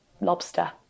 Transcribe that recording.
lobster